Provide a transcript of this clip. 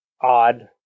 Odd